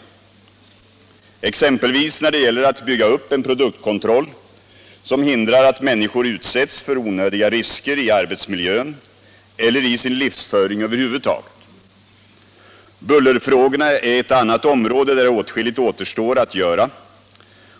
Så är det exempelvis när det gäller att bygga upp en produktkontroll som hindrar att människor utsätts för onödiga risker i arbetsmiljön eller i sin livsföring över huvud taget. Bullerfrågorna är ett annat område där åtskilligt återstår att göra